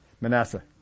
Manasseh